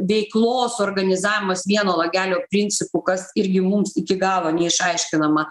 veiklos organizavimas vieno langelio principu kas irgi mums iki galo neišaiškinama